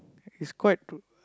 is quite